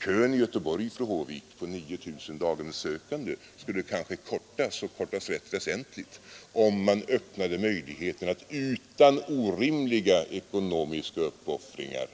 — Kön i Göteborg, fru Håvik, på 9 000 daghemssökande skulle kanske kortas rätt väsentligt, om man öppnade möjligheter att utan ekonomiska uppoffringar